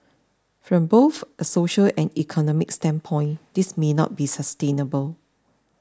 from both a social and economic standpoint this may not be sustainable